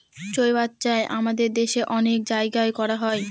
জৈবচাষ আমাদের দেশে অনেক জায়গায় করা হয়